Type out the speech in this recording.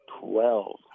Twelve